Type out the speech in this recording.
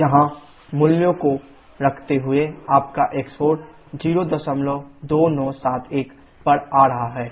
PC और यहाँ मूल्यों को रखते हुए आपका x4 02971 पर आ रहा है